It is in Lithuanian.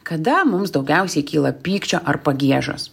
kada mums daugiausiai kyla pykčio ar pagiežos